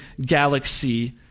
galaxy